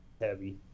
heavy